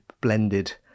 blended